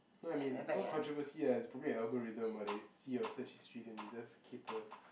no I mean is not controversy ah is probably a algorithm but they see your search history then they just cater